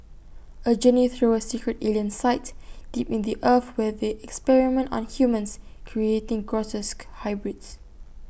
A journey through A secret alien site deep in the earth where they experiment on humans creating grotesque hybrids